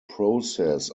process